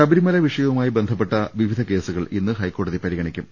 ശബരിമല വിഷയവുമായി ബന്ധപ്പെട്ട വിവിധ കേസുകൾ ഇന്ന് ഹൈക്കോടതി പരിഗണിക്കും